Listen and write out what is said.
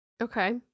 Okay